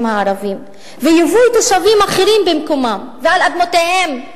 הערבים וייבוא תושבים אחרים במקומם ועל אדמותיהם.